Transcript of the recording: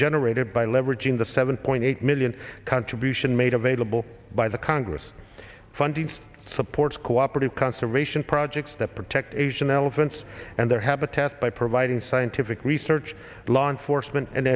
generated by leveraging the seven point eight million contribution made available by the congress funding to support cooperative conservation projects that protect asian elephants and their habitats by providing scientific research law enforcement and